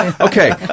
Okay